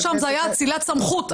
וגם שם זאת הייתה אצילת סמכות,